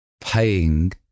paying